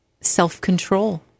self-control